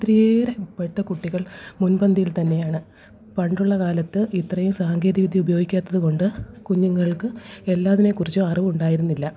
ഒത്തിരിയേറെ ഇപ്പോഴത്തെ കുട്ടികൾ മുന്പന്തിയില് തന്നെയാണ് പണ്ടുള്ള കാലത്ത് ഇത്രയും സാങ്കേതികവിദ്യ ഉപയോഗിക്കാത്തതുകൊണ്ട് കുഞ്ഞുങ്ങള്ക്ക് എല്ലാത്തിനെക്കുറിച്ചും അറിവുണ്ടായിരുന്നില്ല